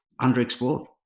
underexplored